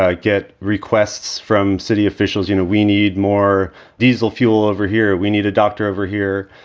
ah get requests from city officials. you know, we need more diesel fuel over here. we need a doctor over here.